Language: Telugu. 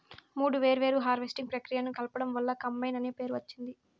మూడు వేర్వేరు హార్వెస్టింగ్ ప్రక్రియలను కలపడం వల్ల కంబైన్ అనే పేరు వచ్చింది